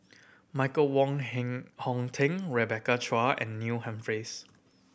Michael Wong Hong Teng Rebecca Chua and Neil Humphreys